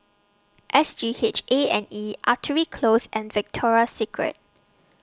S G H A and E Artillery Close and Victoria Street